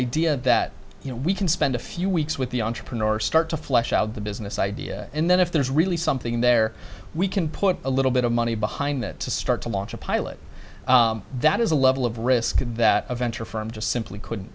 idea that you know we can spend a few weeks with the entrepreneur start to flesh out the business idea and then if there's really something there we can put a little bit of money behind that to start to launch a pilot that is a level of risk in that event or from just simply could